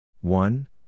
One